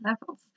levels